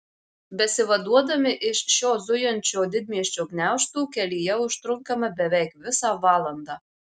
besivaduodami iš šio zujančio didmiesčio gniaužtų kelyje užtrunkame beveik visą valandą